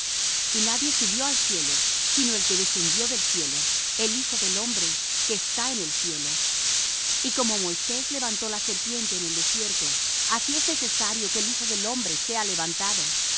y nadie subió al cielo sino el que descendió del cielo el hijo del hombre que está en el cielo y como moisés levantó la serpiente en el desierto así es necesario que el hijo del hombre sea levantado